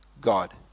God